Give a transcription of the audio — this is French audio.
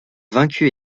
vaincu